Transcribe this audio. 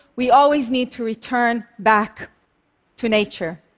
we always need to return back to nature.